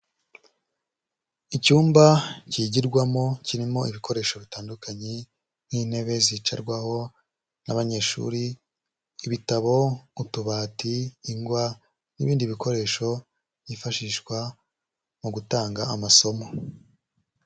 Icyumba cyigirwamo kirimo ibikoresho bitandukanye nk'intebe zicarwaho n'abanyeshuri, ibitabo, utubati ingwa n'ibindi bikoresho byifashishwa mu gutanga amasomo.